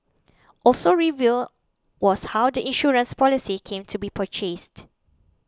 also revealed was how the insurance policy came to be purchased